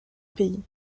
pays